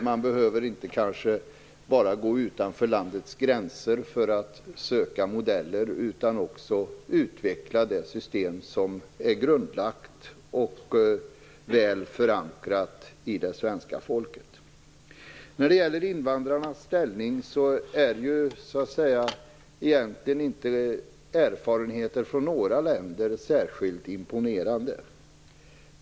Man behöver inte bara gå utanför landets gränser för att söka modeller, utan man kan också utveckla det system som är grundlagt och väl förankrat hos det svenska folket. När det gäller invandrarnas ställning är inte erfarenheterna från några länder särskilt imponerande.